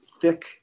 thick